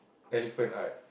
elephant art